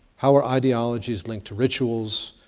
how are ideal ologies linked to rituals,